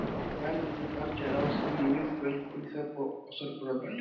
बाजार के उतार चढ़ाव से निवेश कईल पईसा पअ असर पड़त बाटे